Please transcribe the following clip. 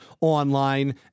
online